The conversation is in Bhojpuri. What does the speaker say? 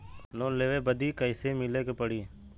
लोन लेवे बदी कैसे मिले के पड़ी?